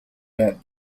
that